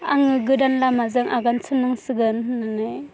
आङो गोदान लामाजों आगान सुरनांसिगोन होननानै